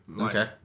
Okay